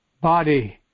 body